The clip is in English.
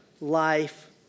life